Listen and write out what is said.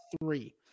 three